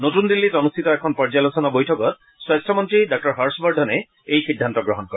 নতুন দিল্লীত অনুষ্ঠিত এখন পৰ্যালোচনা বৈঠকত স্বাস্থ্যমন্ত্ৰী ডাঃ হৰ্ষবৰ্ধনে এই সিদ্ধান্ত গ্ৰহণ কৰে